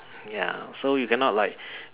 ya so you cannot like